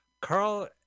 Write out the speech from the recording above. Carl